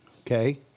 Okay